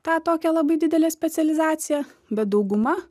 tą tokią labai didelę specializaciją bet dauguma